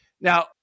Now